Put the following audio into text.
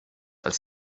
als